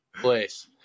place